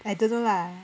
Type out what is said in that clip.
I don't know lah